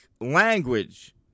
language